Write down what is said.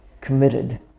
committed